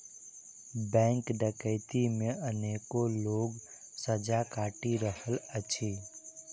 bank डकैती मे अनेको लोक सजा काटि रहल अछि